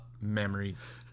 memories